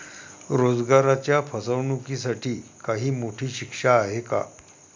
रोजगाराच्या फसवणुकीसाठी काही मोठी शिक्षा आहे का?